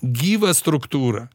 gyvą struktūrą